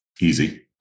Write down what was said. easy